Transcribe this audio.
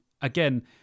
Again